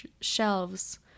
shelves